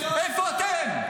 איפה אתם?